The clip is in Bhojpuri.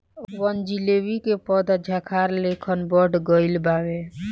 बनजीलेबी के पौधा झाखार लेखन बढ़ गइल बावे